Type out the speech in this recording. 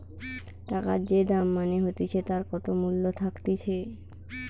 টাকার যে দাম হতিছে মানে তার কত মূল্য থাকতিছে